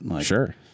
Sure